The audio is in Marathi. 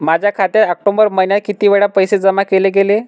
माझ्या खात्यात ऑक्टोबर महिन्यात किती वेळा पैसे जमा केले गेले?